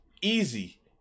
Easy